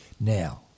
Now